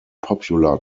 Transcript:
popular